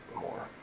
more